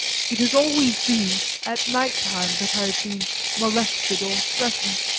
it has always been at night-time that i have been molested or threatened,